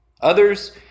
Others